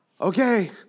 okay